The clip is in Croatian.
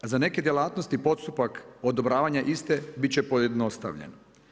Za neke djelatnosti postupak odobravanja iste biti će pojednostavljen.